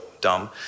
dumb